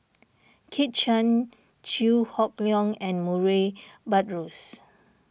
Kit Chan Chew Hock Leong and Murray Buttrose